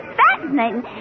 fascinating